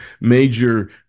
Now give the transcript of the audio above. major